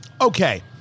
Okay